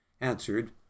answered